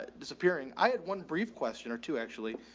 ah disappearing. i had one brief question or two actually.